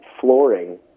flooring